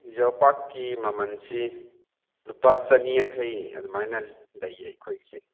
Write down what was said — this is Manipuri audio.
ꯌꯣꯠꯄꯥꯛꯀꯤ ꯃꯃꯜꯁꯤ ꯂꯨꯄꯥ ꯆꯅꯤꯌꯥꯡꯈꯩ ꯑꯗꯨꯃꯥꯏꯅ ꯂꯩ ꯑꯩꯈꯣꯏꯒꯤꯁꯦ